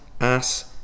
ass